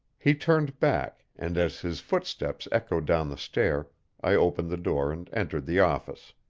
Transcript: he turned back, and as his footsteps echoed down the stair i opened the door and entered the office.